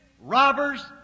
robbers